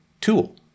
tool